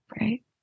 Right